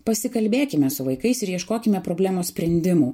pasikalbėkime su vaikais ir ieškokime problemos sprendimų